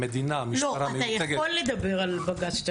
אתה יכול לדבר על בג"ץ,